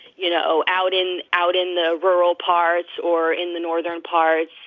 you know, out in out in the rural parts or in the northern parts.